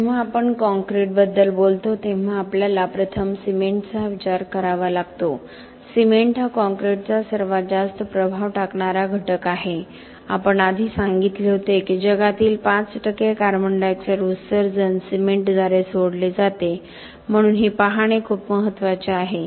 जेव्हा आपण कॉंक्रिटबद्दल बोलतो तेव्हा आपल्याला प्रथम सिमेंटचा विचार करावा लागतो सिमेंट हा कॉंक्रिटचा सर्वात जास्त प्रभाव टाकणारा घटक आहे आपण आधी सांगितले होते की जगातील 5 टक्के कार्बन डायऑक्साइड उत्सर्जन सिमेंटद्वारे सोडले जाते म्हणून हे पाहणे खूप महत्वाचे आहे